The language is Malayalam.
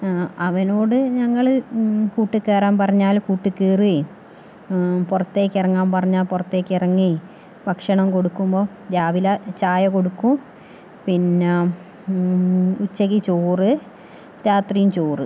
അവനോട് ഞങ്ങള് കൂട്ടിൽ കയറാൻ പറഞ്ഞാൽ കൂട്ടിൽ കയറുകയും പുറത്തേക്ക് ഇറങ്ങാൻ പറഞ്ഞാൽ പുറത്തേക്ക് ഇറങ്ങുകയും ഭക്ഷണം കൊടുക്കുമ്പോൾ രാവില ചായ കൊടുക്കും പിന്നെ ഉച്ചയ്ക്ക് ചോറ് രാത്രിയും ചോറ്